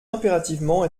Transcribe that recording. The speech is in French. impérativement